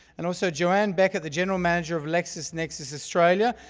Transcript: and also joanne beckett, the general manager of lexisnexis australia.